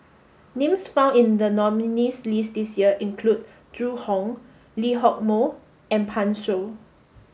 names found in the nominees' list this year include Zhu Hong Lee Hock Moh and Pan Shou